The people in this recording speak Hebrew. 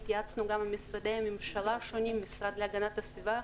התייעצנו גם עם משרדי הממשלה השונים המשרד להגנת הסביבה,